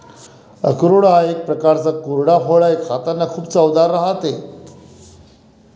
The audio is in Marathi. अक्रोड हा एक प्रकारचा कोरडा फळ आहे, खातांना खूप चवदार राहते